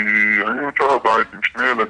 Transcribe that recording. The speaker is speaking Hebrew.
כי אני נמצא בבית עם שני ילדים,